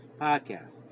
Podcast